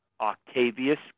Octavius